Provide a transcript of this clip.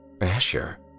Asher